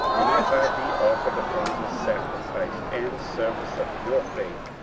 and if i be offered upon the sacrifice and service of your faith,